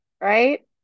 right